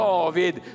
David